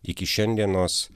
iki šiandienos